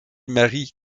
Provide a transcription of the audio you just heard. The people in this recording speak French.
marie